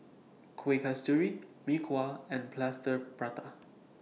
Kueh Kasturi Mee Kuah and Plaster Prata